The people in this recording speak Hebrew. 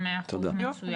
תודה.